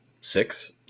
six